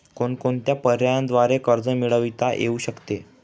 कोणकोणत्या पर्यायांद्वारे कर्ज मिळविता येऊ शकते?